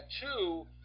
two